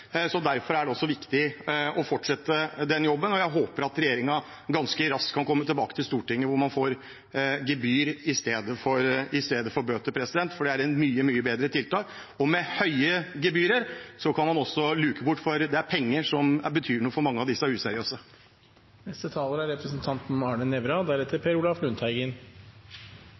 Derfor er det også viktig å fortsette den jobben. Jeg håper at regjeringen ganske raskt kan komme tilbake til Stortinget så man får gebyr istedenfor bøter, for det er et mye, mye bedre tiltak. Og med høye gebyrer kan man også luke bort useriøse, for det er penger som betyr noe for mange av disse. Jeg håper ikke det blir oppfattet som ukultur, heller som en styrke, at det også er